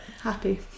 happy